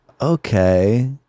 okay